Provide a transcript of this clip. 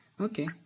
okay